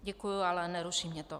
Děkuji, ale neruší mě to.